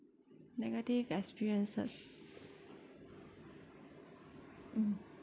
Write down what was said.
negative experiences mm